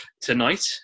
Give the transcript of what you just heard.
tonight